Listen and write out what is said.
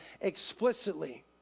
explicitly